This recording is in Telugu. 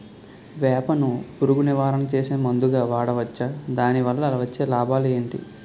వేప ను పురుగు నివారణ చేసే మందుగా వాడవచ్చా? దాని వల్ల వచ్చే లాభాలు ఏంటి?